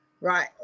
right